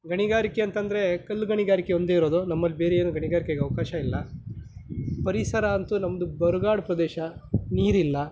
ಗಣಿಗಾರಿಕೆ ಅಂತಂದರೆ ಕಲ್ಲು ಗಣಿಗಾರಿಕೆ ಒಂದೇ ಇರೋದು ನಮ್ಮಲ್ಲಿ ಬೇರೆ ಏನೂ ಗಣಿಗಾರಿಕೆಗೆ ಅವಕಾಶ ಇಲ್ಲ ಪರಿಸರ ಅಂತೂ ನಮ್ಮದು ಬರಗಾಡು ಪ್ರದೇಶ ನೀರಿಲ್ಲ